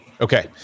Okay